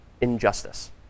injustice